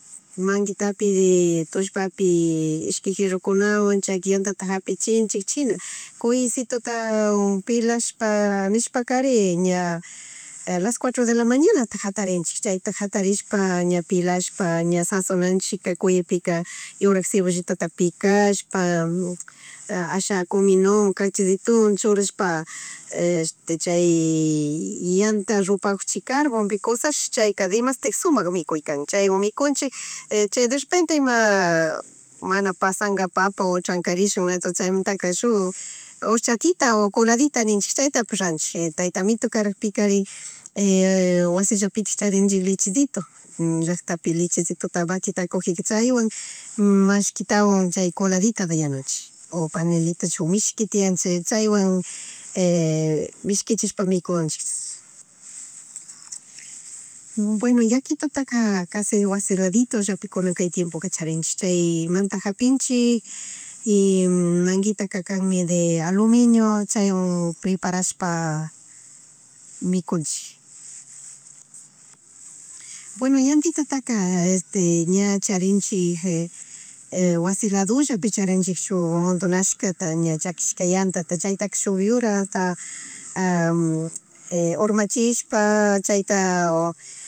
Manguitapi tullpapi ishki jerokunawan chayka yantata hapichinchi china kuyshitota pelashpa nishpakarin ña las cuatro de la manñanata jatarinchik chayta jantarishpa ña pelashpa ña zasonanchika cuyepika yurak cebollitata picashpa asha cominuwan, cachillituwan churashpa chay yanta rupakguk chi carbonpi cushash chayka demastik sumak mikuy kan chaywan mikunchik y chay derepente ima mana pashanga papa o trankarishun entonce chaymuntaka shuk orchatita, o coladita ninchik chaytapish ranchik tayta amito karakpikarin wasillapitik charichik lechellito, llacktapi lechellitota vaquita cujika chaywan mashkitawan chay coladita yanunchik o agua panelita shuk mishki tiyan chay chaywan mishkichishpa mikunchik. Bueno yakitutaka kashi wasi laditollapi kunan kay tiempoka charinchik chay manta japinchik y mangitaka kanmi de aluminuio chaywan preparashpa mikunchik. Bueno yantitataka este ña chayrinchik wasi ladollapi charinchik shuk montonashkakata chaquishka yantata, chaytaka shuk yurata urmachishpa chayta